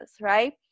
Right